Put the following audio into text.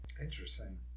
Interesting